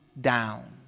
down